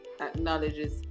acknowledges